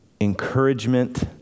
encouragement